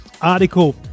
article